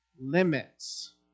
limits